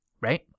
right